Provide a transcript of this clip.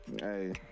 Hey